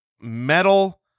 metal